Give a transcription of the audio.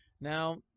Now